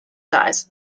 eyes